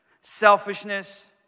selfishness